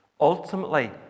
Ultimately